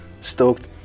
stoked